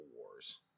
Wars